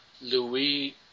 Louis